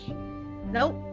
Nope